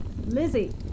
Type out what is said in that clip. Lizzie